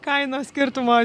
kainos skirtumą